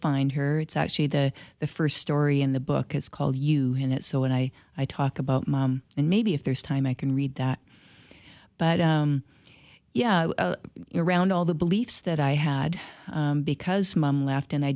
find her it's actually the the first story in the book is called you in it so when i i talk about mom and maybe if there's time i can read that but yeah around all the beliefs that i had because mom left and i